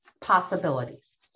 possibilities